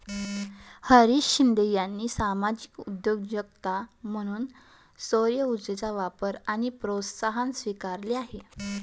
हरीश शिंदे यांनी सामाजिक उद्योजकता म्हणून सौरऊर्जेचा वापर आणि प्रोत्साहन स्वीकारले आहे